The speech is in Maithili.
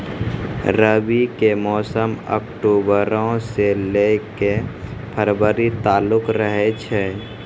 रबी के मौसम अक्टूबरो से लै के फरवरी तालुक रहै छै